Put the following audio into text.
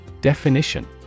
Definition